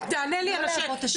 תענה לי על השאלה.